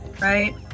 right